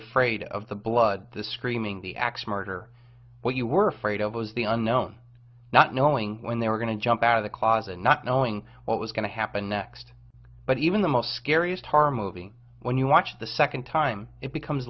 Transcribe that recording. afraid of the blood the screaming the axe murderer what you were afraid of was the unknown not knowing when they were going to jump out of the closet not knowing what was going to happen next but even the most scariest harm movie when you watch the second time it becomes